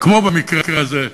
כמו במקרה הזה,